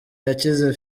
yakize